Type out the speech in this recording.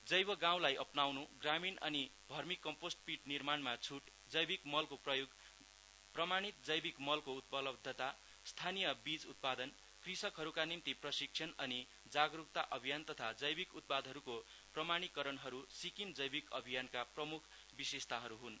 जैव गाउँलाई अप्नाउनु ग्रामिण अनि अर्मी कम्पोस्ट पिट निर्माणमा छुट जैविक मलको प्रयोग प्रमाणीत जैविक मलको उपलब्धता स्थानीय बीज उत्पादन कृषकहरूका निम्ति प्रशिक्षण अनि जागरूकता अभियान तथा जैविक उत्पादहरूको प्रमाणीकरणहरू सिक्किम जैविक अभियानका प्रमुख विशेषताहरू हन्